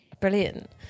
Brilliant